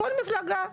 כל מפלגה,